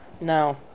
no